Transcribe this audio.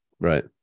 Right